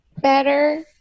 better